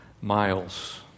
miles